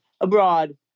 abroad